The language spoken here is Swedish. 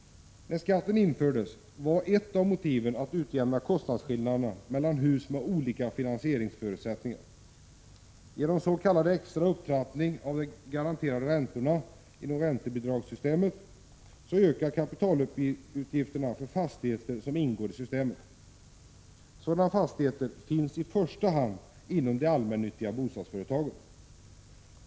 När skatten infördes var ett av motiven att utjämna kostnadsskillnaderna mellan hus med olika finansieringsförutsättningar. Genom s.k. extra upptrappning av de garanterade räntorna inom räntebidragssystemet ökar kapitalutgifterna för fastigheter som ingår i systemet. Sådana fastigheter finns i första hand inom de allmännyttiga bostadsföretagen.